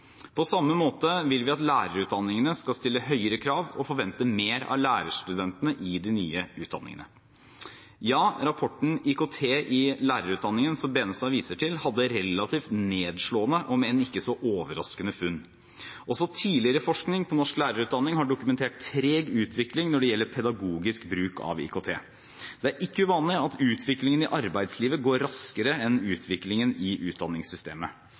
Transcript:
På samme måte vil vi at lærerutdanningene skal stille høyere krav og forvente mer av lærerstudentene i de nye utdanningene. Ja, rapporten om IKT i lærerutdanningen som Benestad viser til, hadde relativt nedslående, om enn ikke så overraskende, funn. Også tidligere forskning på norsk lærerutdanning har dokumentert treg utvikling når det gjelder pedagogisk bruk av IKT. Det er ikke uvanlig at utviklingen i arbeidslivet går raskere enn utviklingen i utdanningssystemet.